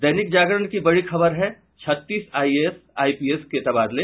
दैनिक जागरण की बड़ी खबर है छत्तीस आईएएस आईपीएस के तबादले